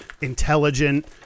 intelligent